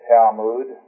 Talmud